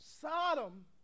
Sodom